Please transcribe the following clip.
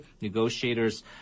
Negotiators